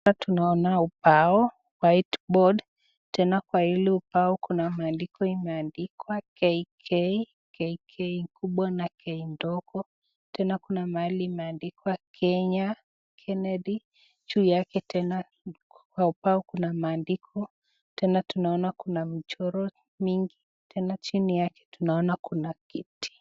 Hapa tunaona ubao whiteboard ,tena kwa hili ubao kuna maandiko imeandikwa KK,K kubwa na K ndogo, tena kuna mahali imeandikwa Kenya Kennedy, juu yake tena kwa ubao kuna maandiko, tena tunaona kuna mchoro mingi tena chini yake tunaona kuna kiti.